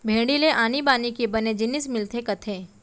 भेड़ी ले आनी बानी के बने जिनिस मिलथे कथें